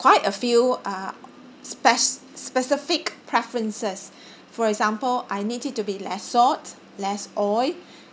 quite a few uh speci~ specific preferences for example I need it to be less salt less oil